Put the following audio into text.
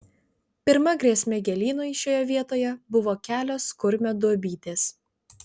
pirma grėsmė gėlynui šioje vietoje buvo kelios kurmio duobytės